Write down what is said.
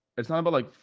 it's not about, like,